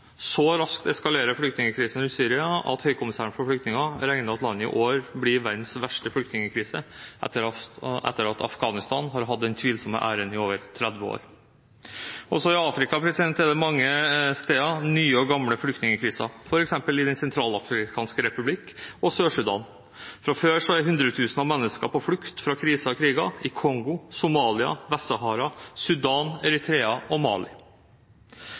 Så raskt eskalerer flyktningkrisen rundt Syria at Høykommissæren for flyktninger regner med at landet i år får verdens verste flyktningkrise, etter at Afghanistan har hatt den tvilsomme æren i over 30 år. Også i Afrika er det mange steder nye og gamle flyktningkriser, f.eks. i Den Sentralafrikanske republikk og Sør-Sudan. Fra før er hundretusener av mennesker på flukt fra kriser og kriger – i Kongo, Somalia, Vest-Sahara, Sudan, Eritrea og Mali.